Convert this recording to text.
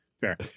Fair